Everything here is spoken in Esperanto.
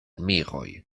miroj